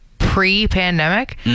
pre-pandemic